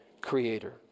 creator